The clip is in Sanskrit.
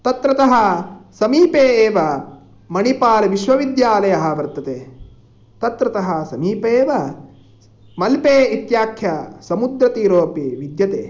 तत्रतः समीपे एव मणिपाल् विश्वविद्यालयः वर्तते तत्रतः समीपे एव मल्पे इत्याख्य समुद्रतीरोपि विद्यते